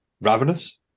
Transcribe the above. ravenous